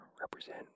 represent